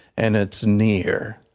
and it is near.